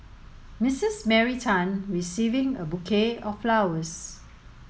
Missus Mary Tan receiving a bouquet of flowers